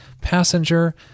passenger